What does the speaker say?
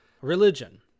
religion